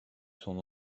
son